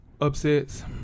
Upsets